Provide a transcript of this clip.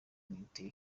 binteye